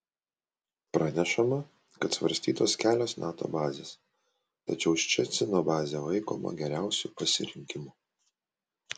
pranešama kad svarstytos kelios nato bazės tačiau ščecino bazė laikoma geriausiu pasirinkimu